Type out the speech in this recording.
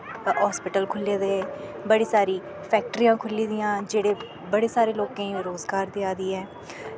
hospital खुल्ले दे बड़ी सारी फैकिटरियां खुल्ली दियां जेह्ड़े बड़े सारे लोकें ई रोजगार देआ दी ऐ